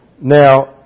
Now